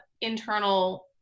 internal